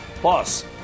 Plus